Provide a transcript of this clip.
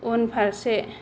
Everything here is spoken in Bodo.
उनफारसे